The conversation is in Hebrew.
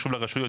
חשוב לרשויות,